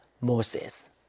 Moses